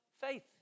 faith